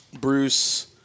Bruce